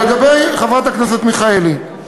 לגבי חברת הכנסת מיכאלי,